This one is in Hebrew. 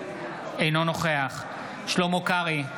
אינו נוכח שלמה קרעי,